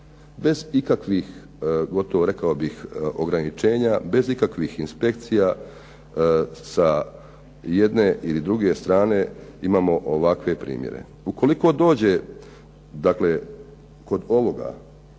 Bez ikakvih gotovo rekao bih ograničenja bez ikakvih inspekcija sa jedne i druge strane imamo ovakve primjere. Ukoliko dođe kod ovoga,